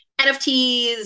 NFTs